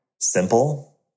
simple